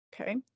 Okay